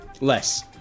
Less